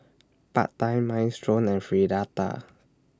Pad Thai Minestrone and Fritada